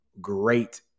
great